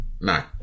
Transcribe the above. No